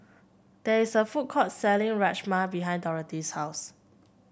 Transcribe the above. there is a food court selling Rajma behind Dorothy's house